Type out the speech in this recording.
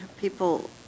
people